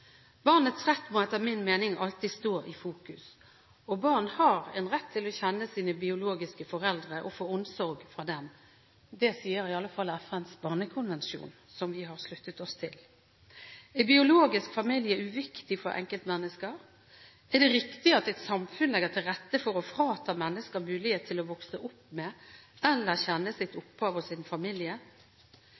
Barnets rett må etter min mening alltid stå i fokus. Barn har en rett til å kjenne sine biologiske foreldre og få omsorg fra dem. Det sier i alle fall FNs barnekonvensjon, som vi har sluttet oss til. Er biologisk familie uviktig for enkeltmennesker? Er det riktig at et samfunn legger til rette for å frata mennesker mulighet til å vokse opp med eller kjenne sitt opphav og sin familie?